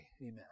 Amen